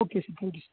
okay sir thank you sir